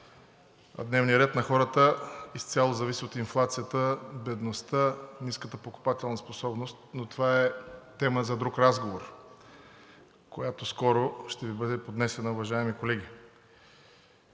А дневният ред на хората изцяло зависи от инфлацията, бедността, ниската покупателна способност, но това е тема за друг разговор, която скоро ще Ви бъде поднесена, уважаеми колеги.